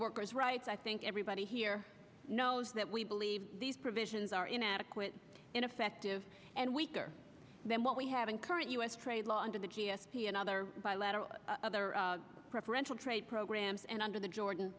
workers rights i think everybody here knows that we believe these provisions are inadequate ineffective and weaker than what we have in current u s trade law under the g s t and other bilateral other preferential trade programs and under the jordan